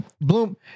Bloom